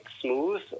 smooth